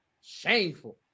Shameful